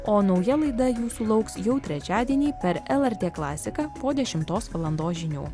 o nauja laida jūsų lauks jau trečiadienį per lrt klasiką po dešimtos valandos žinių